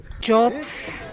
Jobs